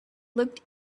looked